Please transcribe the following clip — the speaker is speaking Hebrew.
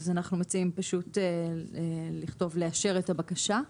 אנחנו מציעים לכתוב "לאשר את הבקשה".